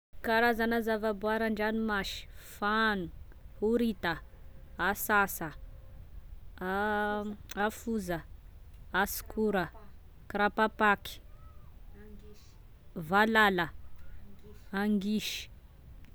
Karazana zava-boary an-dranomasy: fano, orita, asansa, a foza, asikora, karapapaky, valala, angisy